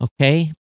Okay